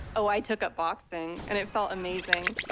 oh i took up boxing, and it felt amazing.